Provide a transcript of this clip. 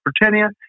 Britannia